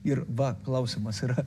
ir va klausimas yra